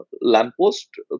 lamppost